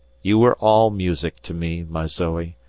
you were all music to me, my zoe.